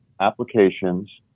applications